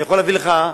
אני אוכל להביא לך,